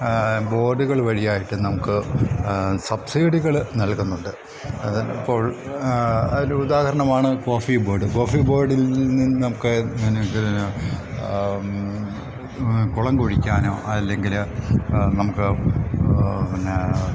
ബോഡുകൾ വഴിയായിട്ട് നമുക്ക് സബ്സിഡികൾ നൽകുന്നുണ്ട് അപ്പോൾ അതിൽ ഉദാഹരണമാണ് കോഫി ബോഡ് കോഫി ബോഡിൽ നിന്ന് നമുക്ക് അങ്ങനെ കുളം കുഴിക്കാനോ അല്ലെങ്കിൽ നമുക്ക് പിന്നെ